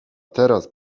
teraz